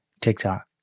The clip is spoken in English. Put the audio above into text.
TikTok